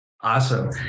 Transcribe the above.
awesome